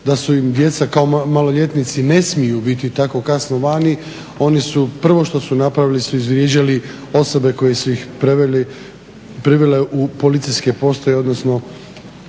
da im djeca kao maloljetnici ne smiju biti tako kasno vani, oni su, prvo što su napravili su izvrijeđali osobe koje su ih privele u policijske postaje. odnosno